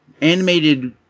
animated